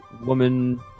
woman